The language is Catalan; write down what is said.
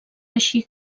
així